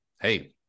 hey